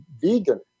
vegan